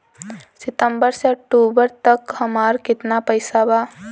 सितंबर से अक्टूबर तक हमार कितना पैसा बा?